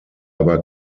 aber